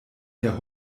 der